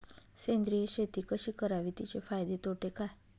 सेंद्रिय शेती कशी करावी? तिचे फायदे तोटे काय?